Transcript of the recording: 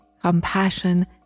compassion